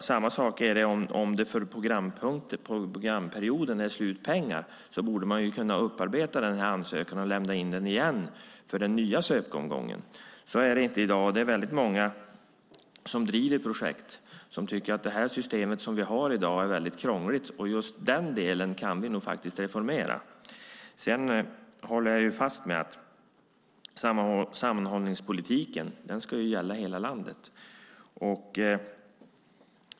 Samma sak gäller när programperiodens pengar är slut. Då borde man kunna upparbeta ansökan och lämna in den igen för den nya sökomgången. Så är det inte i dag. Det är väldigt många som driver projekt som tycker att det system vi har i dag är väldigt krångligt. Just den delen kan vi nog faktiskt reformera. Sedan håller jag med om att sammanhållningspolitiken ska gälla hela landet.